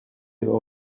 его